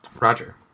Roger